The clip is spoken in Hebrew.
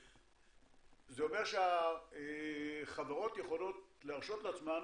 זה אומר שהחברות יכולות להרשות לעצמן